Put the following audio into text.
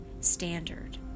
standard